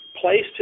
placed